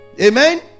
amen